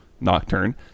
nocturne